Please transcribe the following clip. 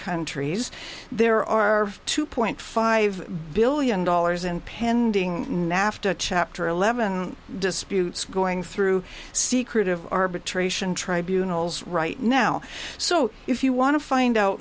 countries there are too poor five billion dollars in pending nafta chapter eleven disputes going through secretive arbitration tribunals right now so if you want to find out